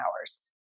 hours